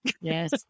Yes